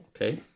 Okay